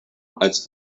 als